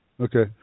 Okay